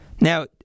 Now